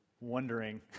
wondering